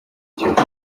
kivu